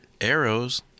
Arrows